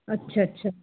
ਅੱਛਾ ਅੱਛਾ